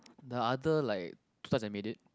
the other like times I made it